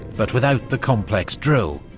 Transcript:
but without the complex drill